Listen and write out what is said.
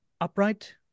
upright